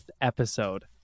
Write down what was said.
episode